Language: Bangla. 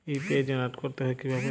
ইউ.পি.আই জেনারেট করতে হয় কিভাবে?